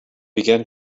began